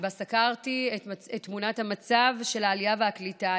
ובה סקרתי את תמונת המצב של העלייה והקליטה,